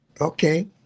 Okay